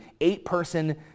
eight-person